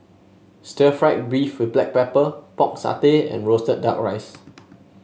Stir Fried Beef with Black Pepper Pork Satay and roasted duck rice